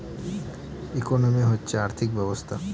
economy হচ্ছে আর্থিক ব্যবস্থা